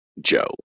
Joe